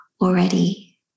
already